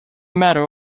matter